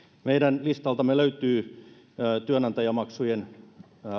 meidän listaltamme löytyy työnantajamaksujen